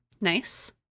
Nice